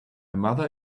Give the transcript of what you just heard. mother